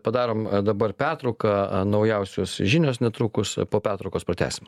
padarom dabar petrauką naujausios žinios netrukus po pertraukos pratęsim